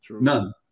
None